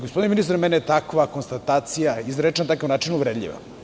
Gospodine ministre, meni je takva konstatacija, izrečena na takav način, uvredljiva.